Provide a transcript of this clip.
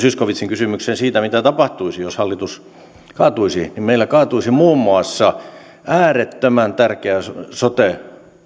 zyskowiczin kysymykseen siitä mitä tapahtuisi jos hallitus kaatuisi meillä kaatuisi muun muassa äärettömän tärkeä sote ja